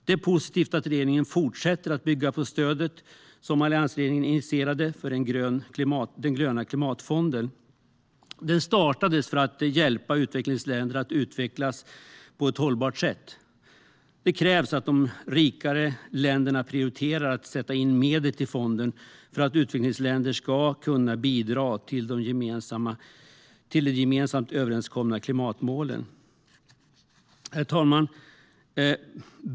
Det är positivt att regeringen fortsätter att bygga på stödet, som alliansregeringen initierade, för den gröna klimatfonden. Den startades för att hjälpa utvecklingsländer att utvecklas på ett hållbart sätt. Det krävs att de rikare länderna prioriterar att sätta in medel till fonden för att utvecklingsländer ska kunna bidra till de gemensamt överenskomna klimatmålen. Herr talman!